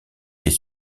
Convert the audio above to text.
est